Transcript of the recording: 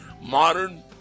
Modern